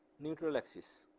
neutral axis.